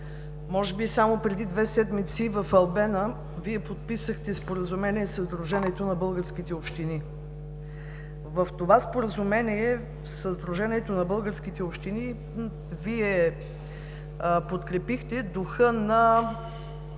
Може би само преди две седмици в „Албена“ Вие подписахте Споразумение със Сдружението на българските общини. В това Споразумение със Сдружението на българските общини Вие подкрепихте духа на